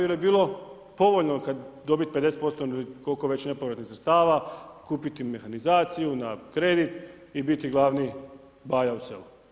Jer je bilo povoljno dobiti 50% ili koliko već nepovratnih sredstava, kupiti mehanizaciju na kredi i biti glavni baja u selu.